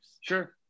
Sure